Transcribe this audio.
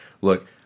look